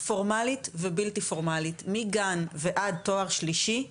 פורמלית ובלתי פורמלית, מגן ועד תואר שלישי,